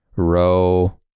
row